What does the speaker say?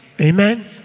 amen